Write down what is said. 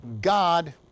God